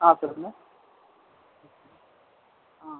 ஆ சொல்லுங்கள் ஆ